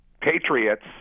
Patriots